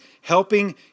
helping